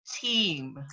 team